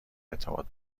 ارتباط